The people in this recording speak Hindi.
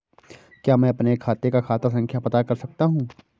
क्या मैं अपने खाते का खाता संख्या पता कर सकता हूँ?